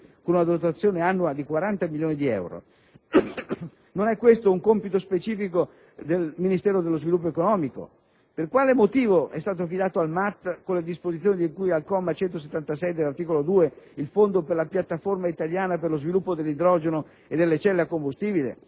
con una dotazione annua di 40 milioni di euro? Non è questo un compito specifico del Ministero dello sviluppo economico? Per quale motivo è stato affidato al Ministero dell'ambiente, con le disposizioni di cui al comma 176 dell'articolo 2, il Fondo per la piattaforma italiana per lo sviluppo dell'idrogeno e delle celle a combustibile?